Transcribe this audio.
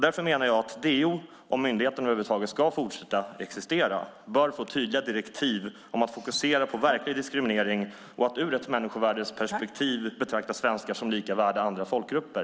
Därför menar jag att DO, och myndigheten över huvud taget ska fortsätta att existera, bör få tydliga direktiv om att fokusera på verklig diskriminering och att ur ett människovärdighetsperspektiv betrakta svenskar som lika värda andra folkgrupper.